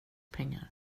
pengar